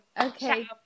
Okay